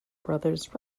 brothers